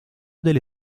delle